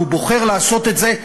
והוא בוחר לעשות את זה,